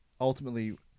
ultimately